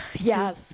Yes